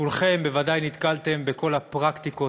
כולכם בוודאי נתקלתם בכל הפרקטיקות